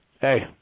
hey